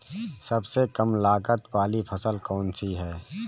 सबसे कम लागत वाली फसल कौन सी है?